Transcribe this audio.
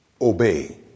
obey